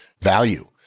value